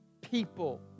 People